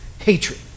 hatred